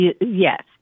Yes